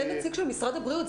אין נציג של משרד הבריאות,